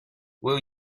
will